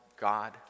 God